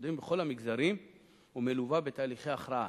היסודיים בכל המגזרים ומלווה בתהליכי הערכה.